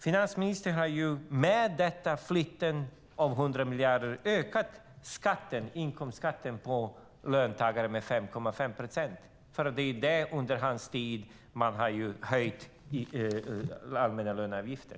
Finansministern har med denna flytt av 100 miljarder ökat inkomstskatten för löntagare med 5,5 procent, för det är under hans tid man har höjt den allmänna löneavgiften.